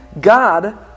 God